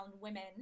women